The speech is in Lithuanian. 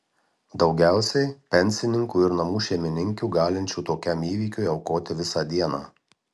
daugiausiai pensininkų ir namų šeimininkių galinčių tokiam įvykiui aukoti visą dieną